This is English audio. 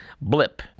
blip